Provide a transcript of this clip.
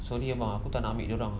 sorry mak saya tak nak ambil dia orang